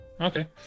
Okay